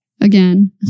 Again